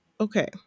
okay